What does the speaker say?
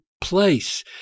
place